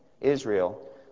Israel